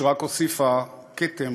שרק הוסיפה כתם